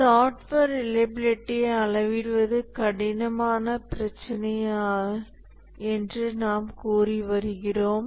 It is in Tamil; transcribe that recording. சாஃப்ட்வேர் ரிலையபிலிட்டியை அளவிடுவது கடினமான பிரச்சினை என்று நாம் கூறி வருகிறோம்